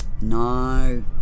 No